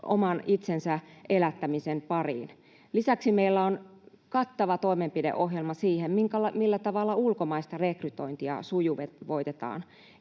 oman itsensä elättämisen pariin. Lisäksi meillä on kattava toimenpideohjelma siihen, millä tavalla ulkomaista rekrytointia sujuvoitetaan.